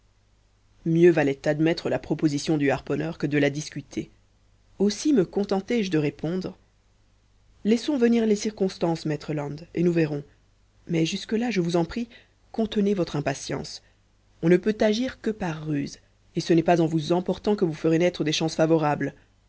mieux valait admettre la proposition du harponneur que de la discuter aussi me contentai je de répondre laissons venir les circonstances maître land et nous verrons mais jusque-là je vous en prie contenez votre impatience on ne peut agir que par ruse et ce n'est pas en vous emportant que vous ferez naître des chances favorables